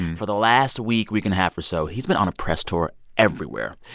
for the last week, week and a half or so, he's been on a press tour everywhere.